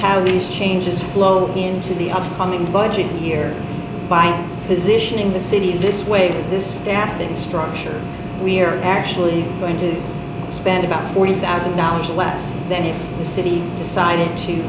how these changes flowed into the upcoming budget year by positioning the city this way this staffing structure we're actually going to spend about forty thousand dollars less than the city decided to